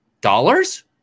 dollars